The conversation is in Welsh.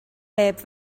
neb